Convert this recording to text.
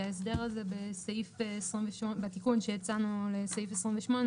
שההסדר הזה בתיקון שהצענו לסעיף 28,